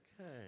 Okay